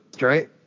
right